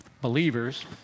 believers